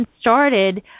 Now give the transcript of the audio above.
started